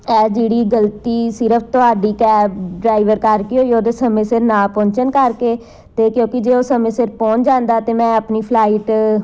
ਇਹ ਜਿਹੜੀ ਗਲਤੀ ਸਿਰਫ਼ ਤੁਹਾਡੀ ਕੈਬ ਡਰਾਈਵਰ ਕਰਕੇ ਹੋਈ ਉਹਦੇ ਸਮੇਂ ਸਿਰ ਨਾ ਪਹੁੰਚਣ ਕਰਕੇ ਅਤੇ ਕਿਉਂਕਿ ਜੇ ਉਹ ਸਮੇਂ ਸਿਰ ਪਹੁੰਚ ਜਾਂਦਾ ਤਾਂ ਮੈਂ ਆਪਣੀ ਫਲਾਈਟ